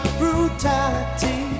brutality